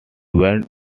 went